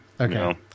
Okay